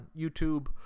YouTube